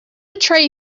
tray